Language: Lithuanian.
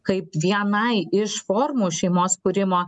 kaip vienai iš formų šeimos kūrimo